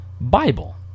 Bible